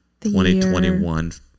2021